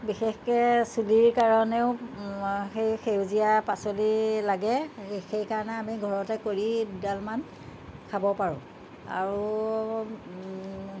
বিশেষকৈ চুলিৰ কাৰণেও সেই সেউজীয়া পাচলি লাগে সেইকাৰণে আমি ঘৰতে কৰি দুডালমান খাব পাৰোঁ আৰু